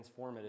transformative